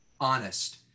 honest